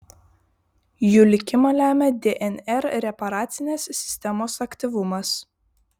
jų likimą lemia dnr reparacinės sistemos aktyvumas